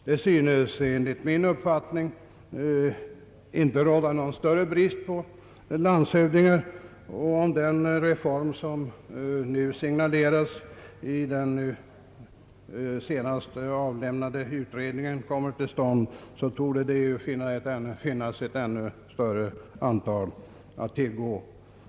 Det synes enligt min uppfattning inte råda någon större brist på landshövdingar, och om den reform som i den senast avlämnade utredningen signalerats kommer till stånd torde det finnas ett ännu större antal att tillgå.